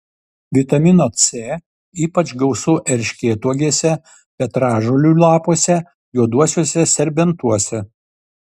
vitamino c ypač gausu erškėtuogėse petražolių lapuose juoduosiuose serbentuose